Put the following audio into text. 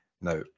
Now